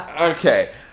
Okay